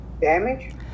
damage